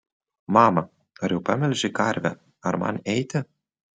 mama ar jau pamelžei karvę ar man eiti